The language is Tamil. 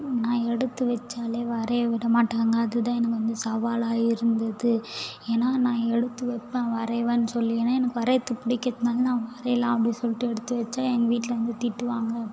நான் எடுத்து வச்சால் வரையை விட மாட்டாங்க அதுதான் எனக்கு வந்து சவாலாக இருந்துது ஏன்னா நான் எடுத்து வைப்பேன் வரையிவேன் சொல்லி ஏன்னா எனக்கு வரைகிறது பிடிக்கிறத்துனால நான் வரையலாம் அப்படின் சொல்லிட்டு எடுத்து வச்சா எங்கள் வீட்டில் வந்து திட்டுவாங்க